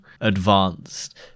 advanced